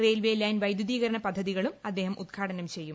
railway line വൈദ്യൂതീകരണ പദ്ധതികളും അദ്ദേഹം ഉദ്ഘാടനം ചെയ്യും